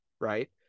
right